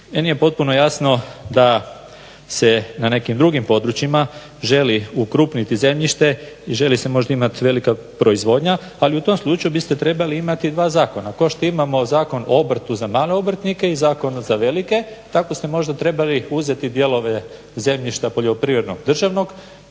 je potpuno jasno da se na nekim drugim područjima želi ukrupniti zemljište i želi se možda imat velika proizvodnja, ali u tom slučaju biste trebali imati 2 zakona, kao što imamo Zakon o obrtu za male obrtnike i Zakon za velike, tako ste možda trebali uzeti dijelove zemljišta poljoprivrednog državnog,